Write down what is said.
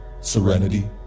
serenity